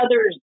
Others